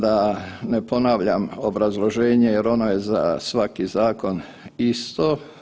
Da ne ponavljam obrazloženje jer ono je za svaki zakon isto.